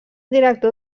director